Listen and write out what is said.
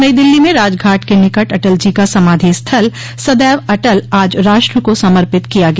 नई दिल्ली में राजघाट के निकट अटल जी का समाधि स्थल सदैव अटल आज राष्ट्र को समर्पित किया गया